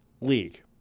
league